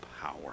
power